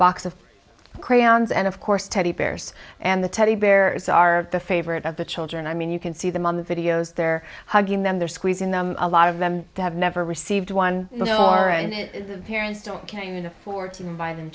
box of crayons and of course teddy bears and the teddy bears are the favorite of the children i mean you can see them on the videos they're hugging them they're squeezing them a lot of them have never received one or and the parents don't can't even afford to buy them